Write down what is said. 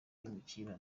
bimukira